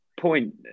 point